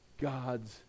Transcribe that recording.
God's